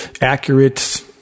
accurate